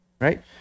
right